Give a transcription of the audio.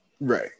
right